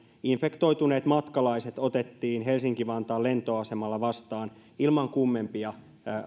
infektoituneet matkalaiset otettiin helsinki vantaan lentoasemalla vastaan ilman kummempia